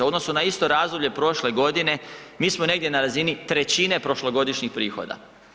U odnosu na isto razdoblje prošle godine, mi smo negdje na razini 1/3 prošlogodišnjih prihoda.